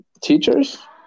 teachers